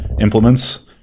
implements